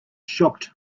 shocked